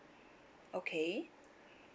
okay